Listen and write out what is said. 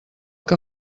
que